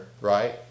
right